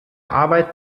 arbeit